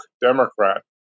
Democrat